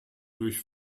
durch